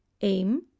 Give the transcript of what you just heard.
Aim